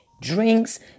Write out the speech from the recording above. Drinks